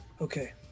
Okay